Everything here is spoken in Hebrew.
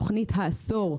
תוכנית העשור.